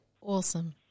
Awesome